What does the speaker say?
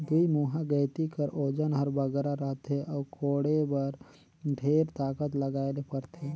दुईमुहा गइती कर ओजन हर बगरा रहथे अउ कोड़े बर ढेर ताकत लगाए ले परथे